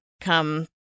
come